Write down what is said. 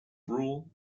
rule